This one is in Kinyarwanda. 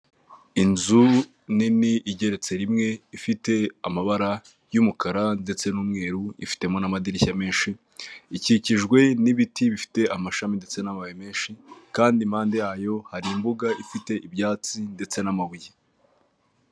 Inzu nini igeretse rimwe ifite amabara y'umukara ndetse n'umweru ifitemo n'amadirishya menshi, ikikijwe n'ibiti bifite amashami ndetse n'amababi menshi kandi impande yayo hari imbuga ifite ibyatsi ndetse n'amabuye.